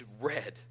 red